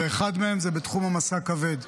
ואחד מהם זה בתחום המשא הכבד.